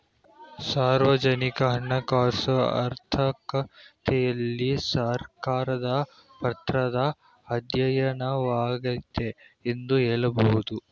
ಸಾರ್ವಜನಿಕ ಹಣಕಾಸು ಆರ್ಥಿಕತೆಯಲ್ಲಿ ಸರ್ಕಾರದ ಪಾತ್ರದ ಅಧ್ಯಯನವಾಗೈತೆ ಎಂದು ಹೇಳಬಹುದು